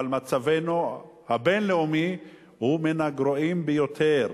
אבל מצבנו הבין-לאומי הוא מן הגרועים ביותר,